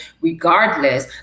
regardless